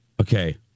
Okay